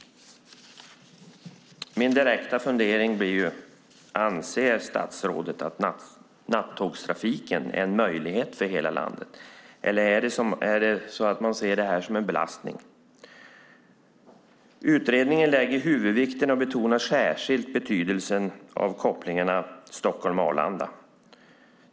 Min direkta fråga blir: Anser statsrådet att nattågstrafiken är en möjlighet för hela landet? Eller ser man detta som en belastning? Utredningen lägger huvudvikten vid och betonar särskilt betydelsen av kopplingen till Stockholm/Arlanda.